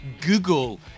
Google